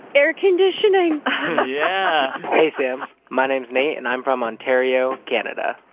air conditioning yeah hey, sam. my name's nate, and i'm from ontario, canada.